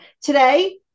Today